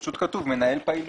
פשוט כתוב מנהל פעיל בתאגיד.